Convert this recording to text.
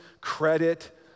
credit